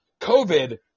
COVID